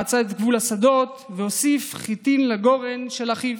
חצה את גבול השדות והוסיף חיטין לגורן של אחיו.